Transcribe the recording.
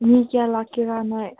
ꯃꯤ ꯀꯌꯥ ꯂꯥꯛꯀꯦꯔꯥ ꯅꯣꯏ